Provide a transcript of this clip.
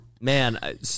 Man